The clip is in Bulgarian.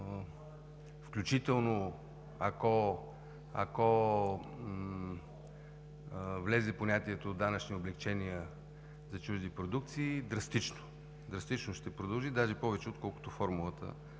включително ако влезе понятието „данъчни облекчения“ за чужди продукции. Драстично ще продължи, даже повече, отколкото формулата